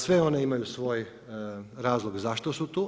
Sve one imaju svoj razlog zašto su tu.